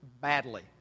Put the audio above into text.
badly